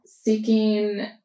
Seeking